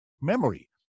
memory